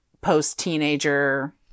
post-teenager